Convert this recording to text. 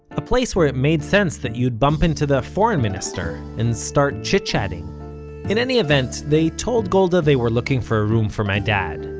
a place where it made sense that you'd bump into the foreign minister and start chit-chatting in any event, they told golda they were looking for a room for my dad,